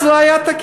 אז זה לא היה תקין,